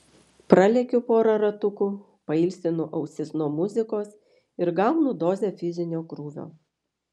pralekiu porą ratukų pailsinu ausis nuo muzikos ir gaunu dozę fizinio krūvio